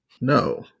No